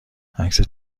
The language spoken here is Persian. عکس